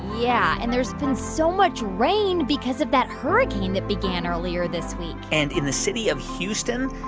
yeah. and there's been so much rain because of that hurricane that began earlier this week and in the city of houston,